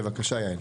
בבקשה יעל.